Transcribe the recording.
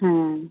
हाँ